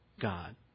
God